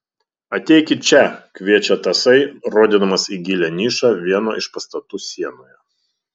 ateikit čia kviečia tasai rodydamas į gilią nišą vieno iš pastatų sienoje